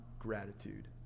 gratitude